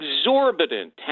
exorbitant